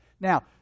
Now